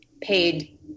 paid